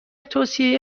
توصیه